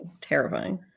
Terrifying